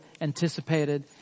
anticipated